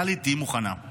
טלי, תהיי מוכנה.